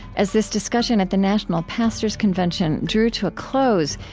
as this discussion at the national pastors convention drew to a close,